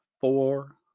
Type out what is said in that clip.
four